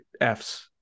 Fs